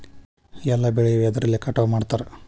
ಎಲ್ಲ ಬೆಳೆ ಎದ್ರಲೆ ಕಟಾವು ಮಾಡ್ತಾರ್?